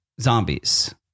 zombies